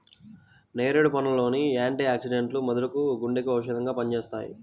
నేరేడు పండ్ల లోని యాంటీ ఆక్సిడెంట్లు మెదడుకు, గుండెకు ఔషధంగా పనిచేస్తాయి